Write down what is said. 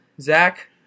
Zach